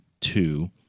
two